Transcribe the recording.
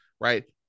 right